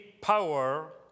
power